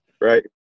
right